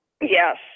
Yes